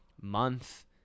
month